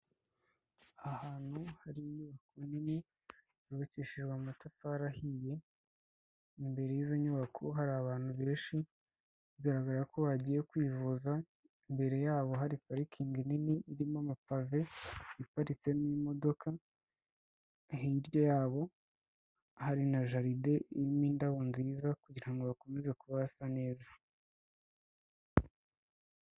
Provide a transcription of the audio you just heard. Ahantu hari inyubako nini zubakishijwe amatafari ahiye, imbere y'izo nyubako hari abantu birashi bigaragara ko bagiye kwivuza, imbere yabo hari parikingi nini irimo amapave iparitsemo imodoka, hirya yabo aha na jalide irimo indabo nziza kugira ngo hakomeze kuba hasa neza.